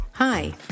Hi